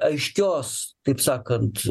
aiškios taip sakant